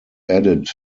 added